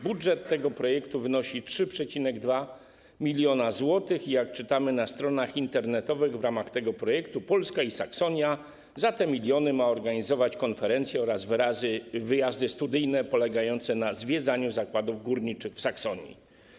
Budżet tego projektu wynosi 3,2 mln zł i, jak czytamy na stronach internetowych, w ramach tego projektu Polska i Saksonia za te miliony mają organizować konferencje oraz wyjazdy studyjne polegające na zwiedzaniu zakładów górniczych w Saksonii.